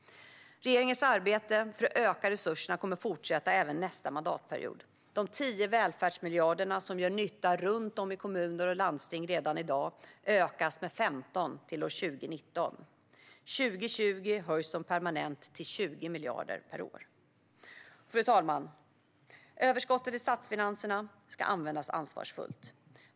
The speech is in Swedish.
Regeringens arbete för att öka resurserna kommer att fortsätta även nästa mandatperiod. De 10 välfärdsmiljarderna, som gör nytta runt om i kommuner och landsting redan i dag, ökas med 15 till år 2019. År 2020 höjs de permanent till 20 miljarder per år. Fru talman! Överskottet i statsfinanserna ska användas ansvarsfullt.